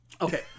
Okay